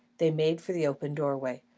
they made for the open doorway,